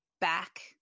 back